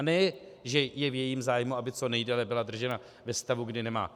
Ne že je v jejím zájmu, aby co nejdéle byla držena ve stavu, kdy nemá.